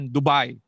Dubai